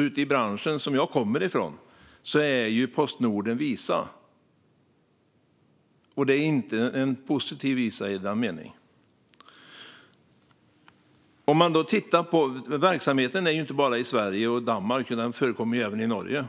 Ute i branschen, som jag kommer från, är Postnord en visa, och det är inte någon positiv visa i den meningen. Verksamheten finns ju inte bara i Sverige och Danmark, utan den förekommer även i Norge.